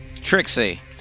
Trixie